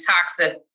toxic